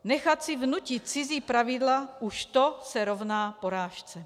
Nechat si vnutit cizí pravidla, už to se rovná porážce.